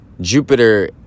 Jupiter